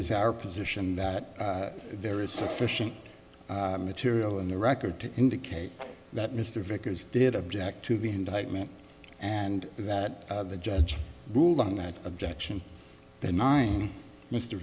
is our position that there is sufficient material in the record to indicate that mr vickers did object to the indictment and that the judge ruled on that objection the nine mr